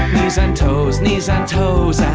knees and toes. knees and toes.